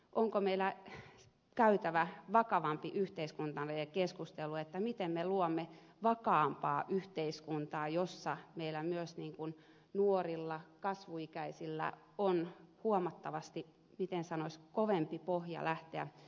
onko meillä käytävä vakavampi yhteiskunnallinen keskustelu miten me luomme vakaampaa yhteiskuntaa jossa meillä myös nuorilla kasvuikäisillä on huomattavasti miten sanoisi kovempi pohja lähteä kasvamaan